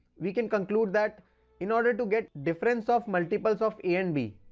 we can conclude that in order to get difference of multiples of a and b,